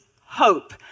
hope